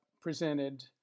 presented